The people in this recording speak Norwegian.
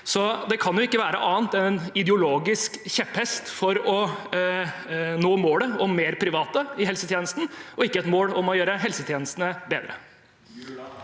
det kan jo ikke være annet enn en ideologisk kjepphest for å nå målet om flere private i helsetjenesten og ikke et mål om å gjøre helsetjenestene bedre.